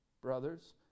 brothers